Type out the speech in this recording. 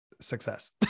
success